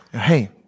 Hey